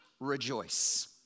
Rejoice